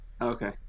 Okay